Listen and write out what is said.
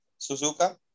Suzuka